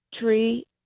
tree